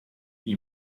die